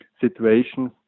situations